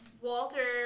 Walter